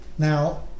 Now